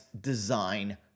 design